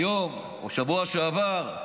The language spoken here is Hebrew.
היום או בשבוע שעבר,